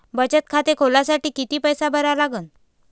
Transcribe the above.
बचत खाते खोलासाठी किती पैसे भरा लागन?